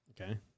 Okay